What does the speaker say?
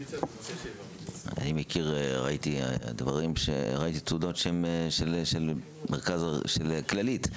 אני מכיר וראיתי תעודות של כללית.